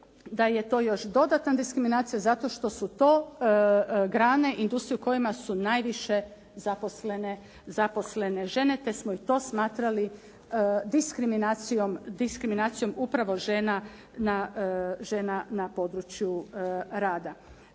da je to još dodatna diskriminacija zato što su to grane industrije u kojima su najviše zaposlene žene te smo i to smatrali diskriminacijom upravo žena na području rada.